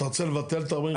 אתה רוצה לבטל את ה-45 יום?